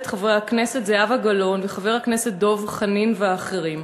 חברי הכנסת זהבה גלאון וחבר הכנסת דב חנין ואחרים.